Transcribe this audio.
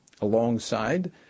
alongside